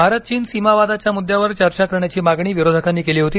भारत चीन सीमा वादाच्या मुद्द्यावर चर्चा करण्याची मागणी विरोधकांनी केली होती